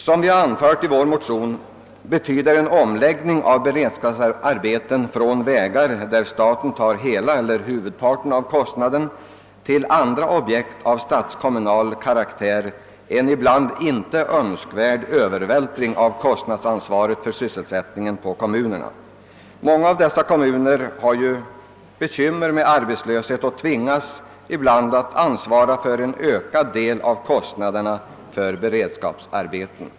Som vi anfört i vår motion betyder en omläggning av beredskapsarbeten från vägar, där staten tar hela eller huvudparten av kostnaden, till andra objekt av statskommunal karaktär en ibland inte önskvärd övervältring av kostnadsansvaret för sysselsättningen på kommunerna. Många av de berörda kommunerna har ju förutom bekymmer med arbetslöshet också ett svagt skatteunderlag. Det kan inte vara riktigt att de skall behöva svara för en ökad del av kostnaderna för beredskapsarbeten.